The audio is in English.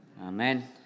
Amen